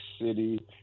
city